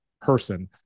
person